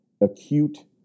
acute